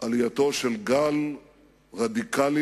עלייתו של גל רדיקלי,